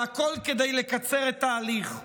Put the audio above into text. והכול כדי לקצר את ההליך.